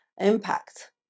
impact